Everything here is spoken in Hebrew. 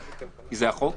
כי זה החוק,